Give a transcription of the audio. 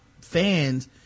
fans